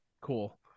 cool